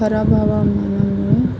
खराब हवामानामुळे